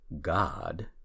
God